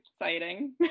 exciting